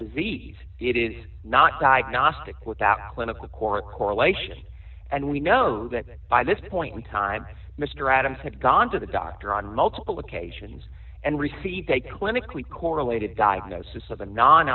disease it is not diagnostic without one of the core correlation and we know that by this point in time as mr adams had gone to the doctor on multiple occasions and received a clinically correlated diagnosis of a non